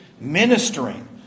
Ministering